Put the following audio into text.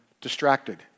distracted